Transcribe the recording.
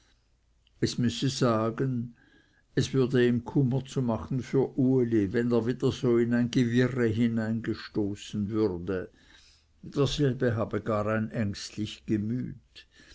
es müsse sagen es würde ihm kummer machen für uli wenn er wieder so in ein gewirre hineingestoßen würde derselbe habe gar ein ängstlich gemüt